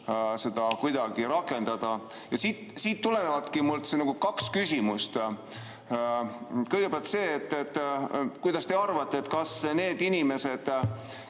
seda kuidagi rakendada. Sellest tuleneb mul kaks küsimust. Kõigepealt see, et kuidas teie arvate, kas need inimesed,